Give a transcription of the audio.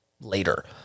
later